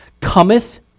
cometh